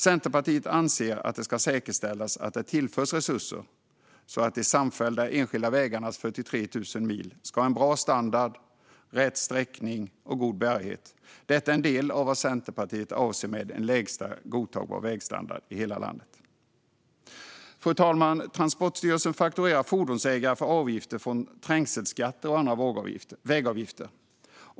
Centerpartiet anser att det ska säkerställas att det tillförs resurser, så att de samfällda enskilda vägarnas 43 000 mil ska ha en bra standard, rätt sträckning och god bärighet. Detta är en del av vad Centerpartiet avser med en lägsta godtagbar vägstandard i hela landet. Fru talman! Transportstyrelsen fakturerar fordonsägare för avgifter från trängselskatter och andra vägavgifter.